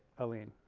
alin.